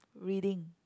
reading